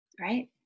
Right